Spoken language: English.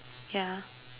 yeah